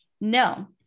No